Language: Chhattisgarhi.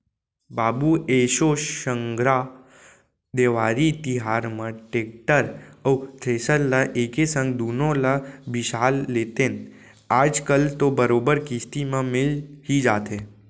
बाबू एसो संघरा देवारी तिहार म टेक्टर अउ थेरेसर ल एके संग दुनो ल बिसा लेतेन आज कल तो बरोबर किस्ती म मिल ही जाथे